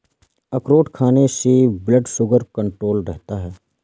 अखरोट खाने से ब्लड शुगर कण्ट्रोल रहता है